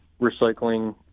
Recycling